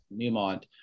Newmont